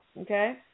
Okay